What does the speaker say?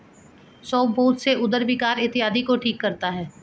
सौंफ बहुत से उदर विकार इत्यादि को ठीक करता है